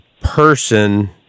person